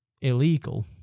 illegal